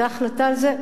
והיתה החלטה על זה,